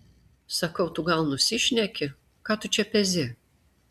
sakau tu gal nusišneki ką tu čia pezi